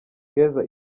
keza